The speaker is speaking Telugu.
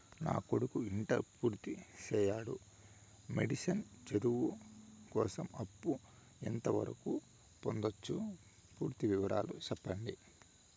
నా కొడుకు ఇంటర్ పూర్తి చేసాడు, మెడిసిన్ చదువు కోసం అప్పు ఎంత వరకు పొందొచ్చు? పూర్తి వివరాలు సెప్పండీ?